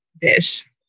dish